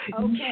okay